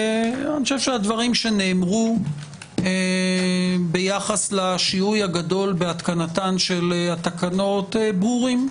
ואני חושב שהדברים שנאמרו ביחס לשיהוי הגדול בהתקנתן של התקנות ברורים.